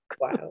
wow